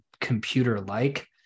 computer-like